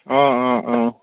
অঁ অঁ অঁ